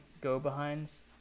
go-behinds